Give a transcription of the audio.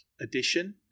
addition